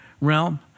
realm